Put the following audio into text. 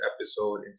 episode